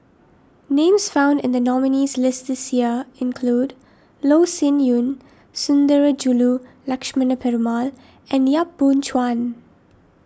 names found in the nominees' list this year include Loh Sin Yun Sundarajulu Lakshmana Perumal and Yap Boon Chuan